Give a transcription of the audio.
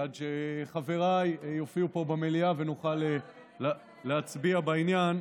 עד שחבריי יופיעו פה במליאה ונוכל להצביע בעניין.